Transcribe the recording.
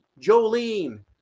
Jolene